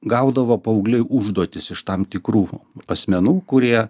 gaudavo paaugliai užduotis iš tam tikrų asmenų kurie